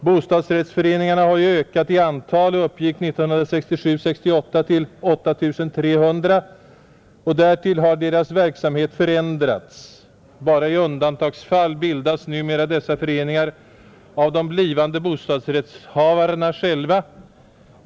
Bostadsrättsföreningarna har ju ökat i antal och uppgick 1967/68 till 8 300. Därtill har deras verksamhet förändrats, Bara i undantagsfall bildas numera dessa föreningar av de blivande bostadsrättshavarna själva.